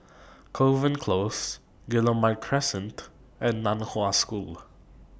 Kovan Close Guillemard Crescent and NAN Hua High School